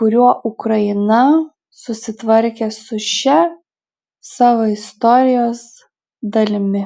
kuriuo ukraina susitvarkė su šia savo istorijos dalimi